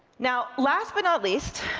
now, last but not least,